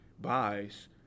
buys